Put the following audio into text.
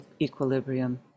equilibrium